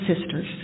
sisters